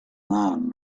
man